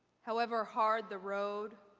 however hard the road,